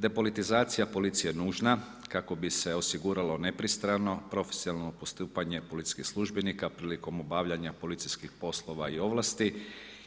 Depolitizacija policije je nužna kako bi se osiguralo nepristrano, profesionalno postupanje policijskih službenika, prilikom obavljanja policijskih poslova i ovlasti